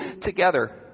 together